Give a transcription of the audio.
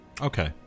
Okay